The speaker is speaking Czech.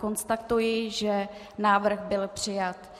Konstatuji, že návrh byl přijat.